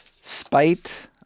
spite